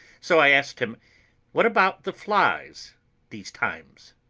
so i asked him what about the flies these times?